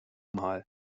mal